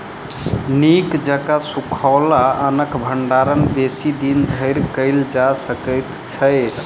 नीक जकाँ सुखाओल अन्नक भंडारण बेसी दिन धरि कयल जा सकैत अछि